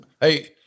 Hey